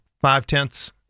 five-tenths